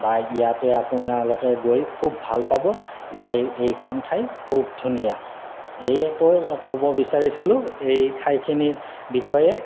বা ইয়াতে আপোনালোকে গৈ খুব ভাল পাব ইয়াই এইখন ঠাই খুব ধুনীয়া এয়ে কৈ ক'ব বিচাৰিছিলোঁ এই ঠাইখিনিৰ বিষয়ে